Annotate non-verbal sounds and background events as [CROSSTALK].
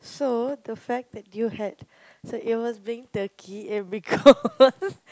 so the fact that you had so it was being Turkey it because [LAUGHS]